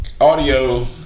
audio